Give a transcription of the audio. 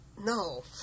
No